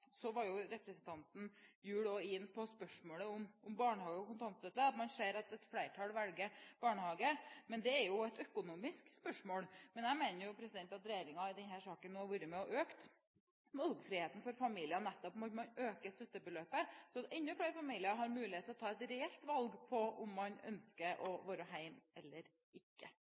Så var representanten Gjul også inne på spørsmålet om barnehage og kontantstøtte, og sier at et flertall velger barnehage. Men det er jo et økonomisk spørsmål. Jeg mener at regjeringen i denne saken har vært med å øke valgfriheten for familiene, nettopp ved at man øker støttebeløpet, så enda flere familier har mulighet til å ta et reelt valg om man ønsker å være hjemme eller ikke.